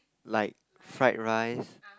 like fried rice